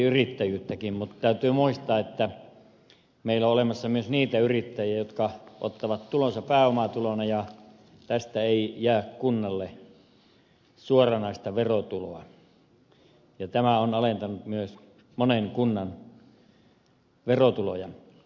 mutta täytyy muistaa että meillä on olemassa myös niitä yrittäjiä jotka ottavat tulonsa pääomatulona ja tästä ei jää kunnalle suoranaista verotuloa ja tämä on alentanut myös monen kunnan verotuloja